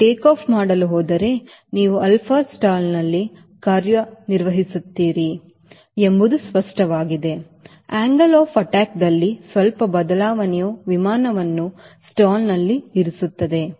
ನೀವು ಟೇಕಾಫ್ ಮಾಡಲು ಹೋದರೆ ನೀವು alpha ಸ್ಟಾಲ್ನಲ್ಲಿ ಕಾರ್ಯನಿರ್ವಹಿಸುತ್ತಿದ್ದೀರಿ ಎಂಬುದು ಸ್ಪಷ್ಟವಾಗಿದೆ angle of attackದಲ್ಲಿ ಸ್ವಲ್ಪ ಬದಲಾವಣೆಯು ವಿಮಾನವನ್ನು ಸ್ಟಾಲ್ನಲ್ಲಿ ಇರಿಸುತ್ತದೆ